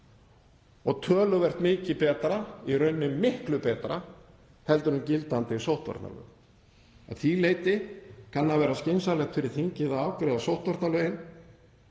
og töluvert mikið betra, í rauninni miklu betra, en gildandi sóttvarnalög. Að því leyti kann að vera skynsamlegt fyrir þingið að afgreiða sóttvarnalögin